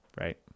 right